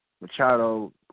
Machado